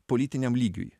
politiniam lygiui